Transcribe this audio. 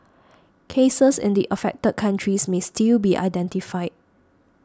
cases in the affected countries may still be identified